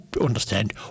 understand